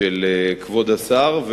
של כבוד השר.